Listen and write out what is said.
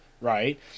right